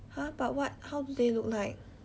!huh! but what how do they look like